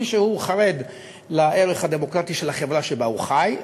מי שחרד לערך הדמוקרטי של החברה שבה הוא חי,